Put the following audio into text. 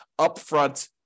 upfront